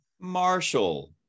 Marshall